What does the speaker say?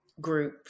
group